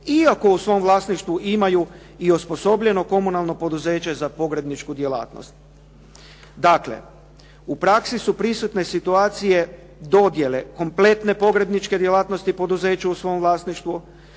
iako u svom vlasništvu imaju i osposobljeno komunalno poduzeće za pogrebničku djelatnost. Dakle, u praksi su prisutne situacije dodjele kompletne pogrebničke djelatnosti poduzeće u svom vlasništvu,